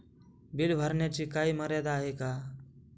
Bill भरण्याची काही मर्यादा आहे का?